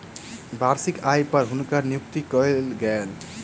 वार्षिक आय पर हुनकर नियुक्ति कयल गेल